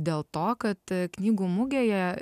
dėl to kad knygų mugėje